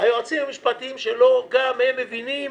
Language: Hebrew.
היועצים המשפטיים שלו מבינים